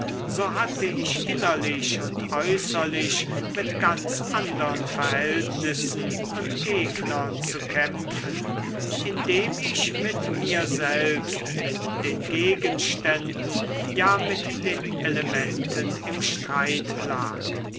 so hatte ich innerlich und äußerlich mit ganz andern verhältnissen und gegnern zu kämpfen indem ich mit mir selbst mit den gegenständen ja mit den elementen im streit lag